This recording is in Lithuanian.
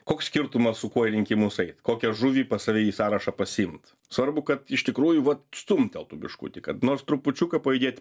koks skirtumas su kuo į rinkimus eit kokią žuvį pas save į sąrašą pasiimt svarbu kad iš tikrųjų vat stumteltų biškutį kad nors trupučiuką pajudėt